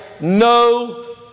no